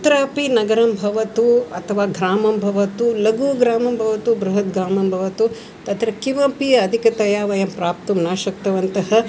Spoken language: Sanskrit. कुत्रापि नगरं भवतु अथवा ग्रामं भवतु लघु ग्रामं भवतु बृहत् ग्रामं भवतु तत्र किमपि अधिकतया वयं प्राप्तुं न शक्नुवन्तः